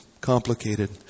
complicated